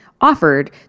offered